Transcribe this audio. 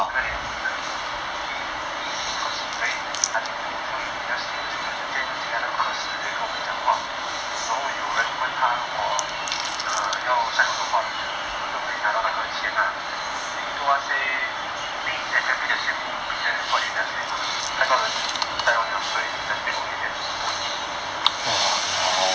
那个年轻的 he cause he very nothing to do so 优势将就进来那个课室跟我们讲话然后有人问他如果要 sign on 的话是不是会拿到那个钱 lah then he told us say say I think exactly the same reason as what you just said cause 太多人在 sign on 了所以 they just take away the bonus